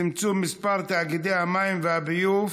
(צמצום מספר תאגידי המים והביוב),